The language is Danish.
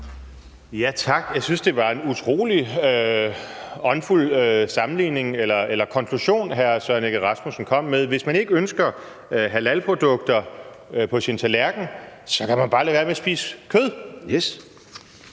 Tak. Jeg synes, det var en utrolig åndfuld konklusion, hr. Søren Egge Rasmussen kom med. Hvis man ikke ønsker halalprodukter på sin tallerken, kan man bare lade være med at spise kød. Hvis